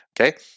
Okay